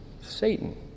Satan